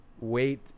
wait